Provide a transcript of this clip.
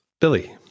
Billy